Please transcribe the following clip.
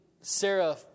Sarah